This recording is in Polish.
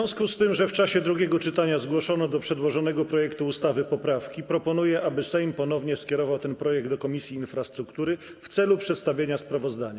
W związku z tym, że w czasie drugiego czytania zgłoszono do przedłożonego projektu ustawy poprawki, proponuję, aby Sejm ponownie skierował ten projekt do Komisji Infrastruktury w celu przedstawienia sprawozdania.